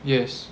yes